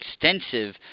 extensive